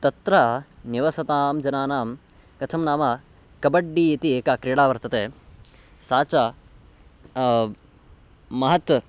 तत्र निवसतां जनानां कथं नाम कबड्डि इति एका क्रीडा वर्तते सा च महत्